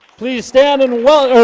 please stand and well,